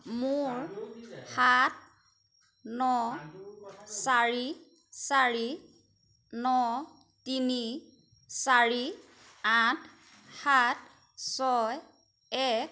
মোৰ সাত ন চাৰি চাৰি ন তিনি চাৰি আঠ সাত ছয় এক